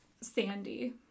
Sandy